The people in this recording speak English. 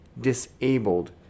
disabled